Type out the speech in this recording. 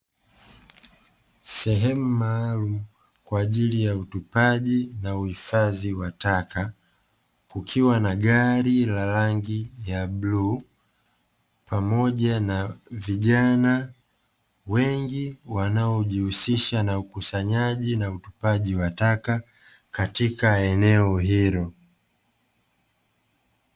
Sehemu maalumu kwa ajili ya utuaji na uhifadhi wa taka, kukiwa na gari la rangi ya bluu, pamoja na vijana wengi wanaojihusisha na ukusanyaji na utupaji wa taka katika eneo hilo.